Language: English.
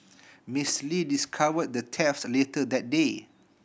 Miss Lee discovered the theft later that day